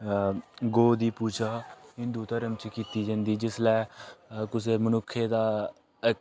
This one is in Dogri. गौ दी पूजा हिन्दु धर्म च कीती जंदी जिसलै कुसै मनुक्खै दा